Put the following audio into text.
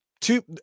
Two